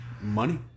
Money